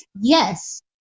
Yes